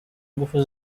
ingufu